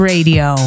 Radio